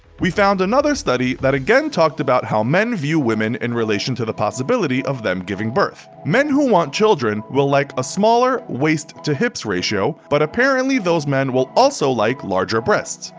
we found another study that again talked about how men view women in relation to the possibility of them giving birth. men who want children will like a smaller waist to hips ratio, but apparently those men will also like larger breasts.